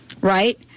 right